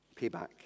payback